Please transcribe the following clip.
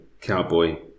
Cowboy